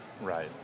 Right